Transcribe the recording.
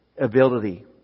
ability